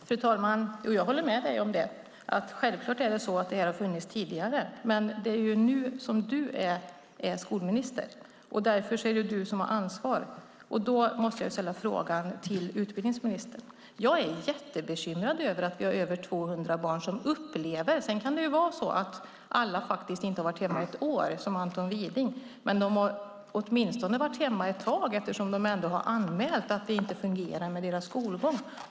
Fru talman! Jag håller med om det. Det här har självfallet funnits tidigare. Men nu är det du som är skolministern, Jan Björklund, och därför är det du som har ansvar. Jag måste ställa en fråga till utbildningsministern. Jag är jättebekymrad över att vi har dessa över 200 barn. Sedan kan det vara så att alla inte har varit hemma ett år som Anton Widing, men de har åtminstone varit hemma ett tag eftersom de har anmält att deras skolgång inte fungerar.